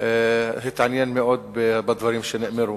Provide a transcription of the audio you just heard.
התעניין מאוד בדברים שנאמרו.